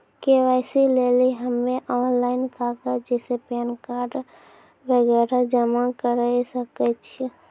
KYC लेली हम्मय online कागज जैसे पैन कार्ड वगैरह जमा करें सके छियै?